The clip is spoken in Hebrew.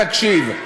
תקשיב.